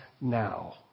now